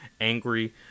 angry